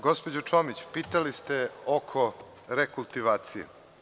Gospođo Čomić, pitali ste oko rekultivacije.